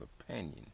opinion